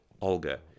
Olga